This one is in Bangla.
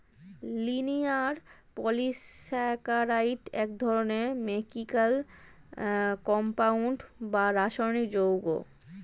লিনিয়ার পলিস্যাকারাইড এক ধরনের কেমিকাল কম্পাউন্ড বা রাসায়নিক যৌগ